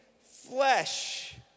flesh